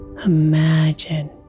Imagine